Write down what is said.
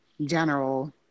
general